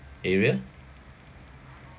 area